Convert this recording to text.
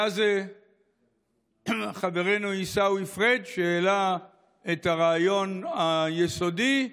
היה זה חברנו עיסאווי פריג' שהעלה את הרעיון היסודי,